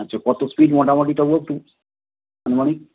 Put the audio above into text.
আচ্ছা কত স্পিড মোটামোটি তবুও একটু আনুমানিক